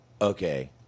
Okay